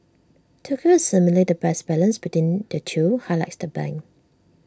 Tokyo is seemingly the best balance between the two highlights the bank